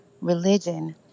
religion